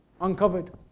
uncovered